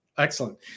Excellent